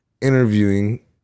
interviewing